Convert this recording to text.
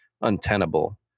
untenable